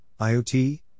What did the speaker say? IoT